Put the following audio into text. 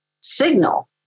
Signal